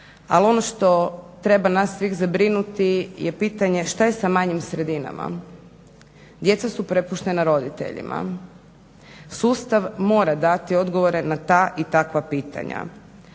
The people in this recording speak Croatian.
ali ono što treba nas sve zabrinuti je pitanje šta je sa manjim sredinama. Djeca su prepuštena roditeljima. Sustav mora dati odgovore na ta i takva pitanja.